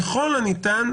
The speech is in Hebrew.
ככל הניתן,